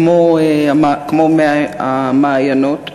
כמו המעיינות,